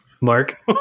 Mark